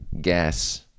gas